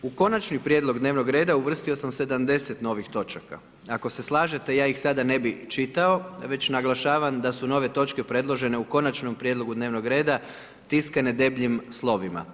U konačni prijedlog dnevnog reda, uvrstio sam 70 novih točaka, ako se slažete ja ih sada ne bih čitao, već naglašavam da su nove točke predložene u konačnom prijedlogu dnevnog reda tiskane debljim slovima.